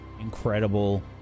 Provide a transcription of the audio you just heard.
incredible